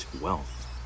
wealth